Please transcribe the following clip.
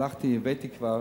הלכתי, הבאתי כבר,